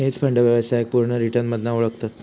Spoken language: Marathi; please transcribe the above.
हेज फंड व्यवसायाक पुर्ण रिटर्न मधना ओळखतत